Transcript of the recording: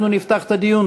אנחנו נפתח את הדיון.